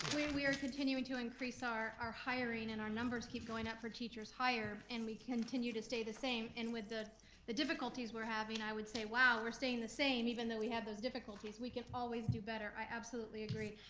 we are continuing to increase our our hiring, and our numbers keep going up for our teachers hired, and we continue to stay the same, and with the the difficulties we're having, i would say wow, we're staying the same, even though we have those difficulties, we can always do better, i absolutely agree.